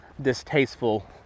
distasteful